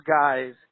guys